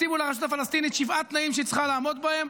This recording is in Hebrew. הציבו לרשות הפלסטינית שבעה תנאים שהיא צריכה לעמוד בהם